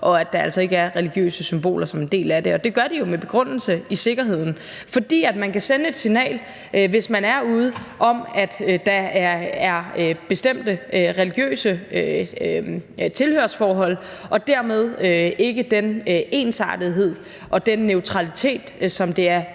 som religiøse symboler ikke er en del af. Og det gør de jo med begrundelse i sikkerheden – fordi man kan sende et signal, hvis man er ude, om, at der er bestemte religiøse tilhørsforhold og dermed ikke den ensartethed og den neutralitet, som det er